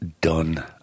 done